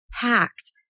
packed